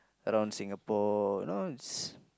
around Singapore you know its